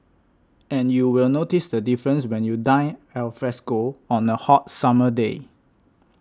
and you will notice the difference when you dine alfresco on a hot summer day